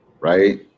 Right